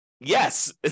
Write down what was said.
yes